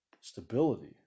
Stability